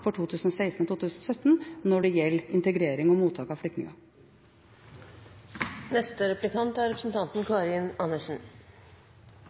for 2016–2017 når det gjelder integrering og mottak av